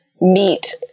meet